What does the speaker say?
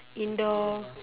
indoor